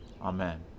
Amen